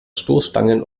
stoßstangen